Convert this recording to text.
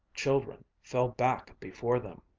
children fell back before them.